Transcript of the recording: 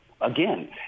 Again